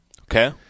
Okay